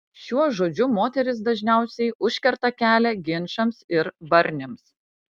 šiuo žodžiu moterys dažniausiai užkerta kelią ginčams ir barniams